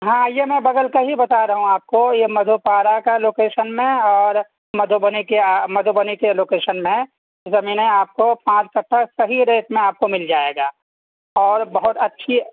ہاں یہ میں بغل کا ہی بتا رہا ہوں آپ کو یہ مدھو پارک ہے لوکیشن میں اور مدھوبنی کے مدھوبنی کے لوکیشن میں زمینیں آپ کو پانچ کٹھہ صحیح ریٹ میں آپ کو مل جائے گا اور بہت اچھی